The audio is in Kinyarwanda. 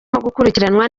gukurikiranwa